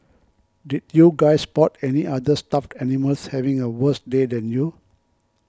did you guys spot any other stuffed animals having a worse day than you